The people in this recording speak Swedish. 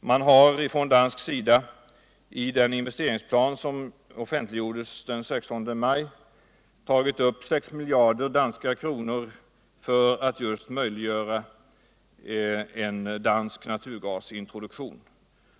Man har från dansk sida i den investeringsplan som offentliggjordes den 16 maj tagit upp 6 miljarder danska kronor för att möjliggöra en dansk naturgasintroduktion.